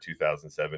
2007